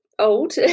Old